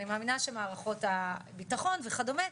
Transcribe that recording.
אני מאמינה שמערכות הביטחון וכדומה,